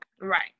Right